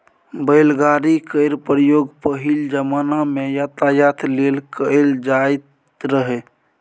बैलगाड़ी केर प्रयोग पहिल जमाना मे यातायात लेल कएल जाएत रहय